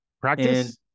Practice